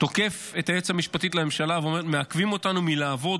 תוקף את היועצת המשפטית לממשלה ואומר: "מעכבים אותנו מלעבוד,